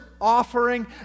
offering